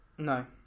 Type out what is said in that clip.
No